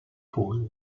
pôles